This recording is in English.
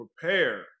prepare